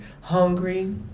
Hungry